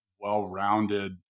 well-rounded